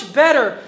better